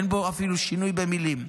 אין בו אפילו שינוי במילים.